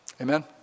Amen